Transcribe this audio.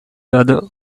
other